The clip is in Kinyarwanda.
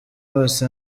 bose